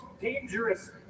dangerous